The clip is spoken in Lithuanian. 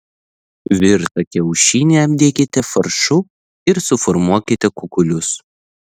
virtą kiaušinį apdėkite faršu ir suformuokite kukulius